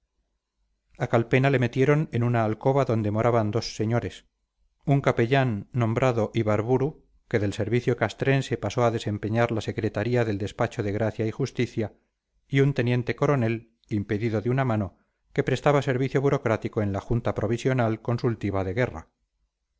a calpena le metieron en una alcoba donde moraban dos señores un capellán nombrado ibarburu que del servicio castrense pasó a desempeñar la secretaría deldespacho de gracia y justicia y un teniente coronel impedido de una mano que prestaba servicio burocrático en la junta provisional consultiva de guerra